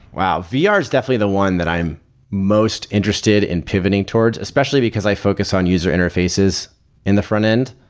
well, vr ah is definitely the one that i am most interested in pivoting towards, especially because i focus on user interfaces and the frontend.